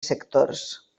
sectors